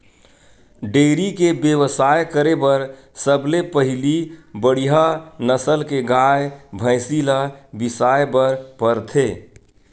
dairy के बेवसाय करे बर सबले पहिली बड़िहा नसल के गाय, भइसी ल बिसाए बर परथे